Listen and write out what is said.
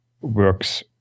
works